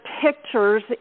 pictures